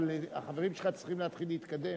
אבל החברים שלך צריכים להתחיל להתקדם.